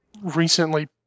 recently